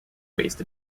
waste